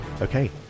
Okay